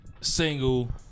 Single